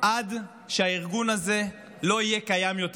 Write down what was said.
עד שהארגון הזה לא יהיה קיים יותר.